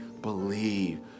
believe